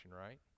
right